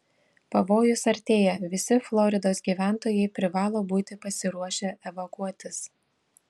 pavojus artėja visi floridos gyventojai privalo būti pasiruošę evakuotis